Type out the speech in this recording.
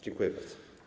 Dziękuję bardzo.